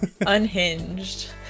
unhinged